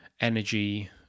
energy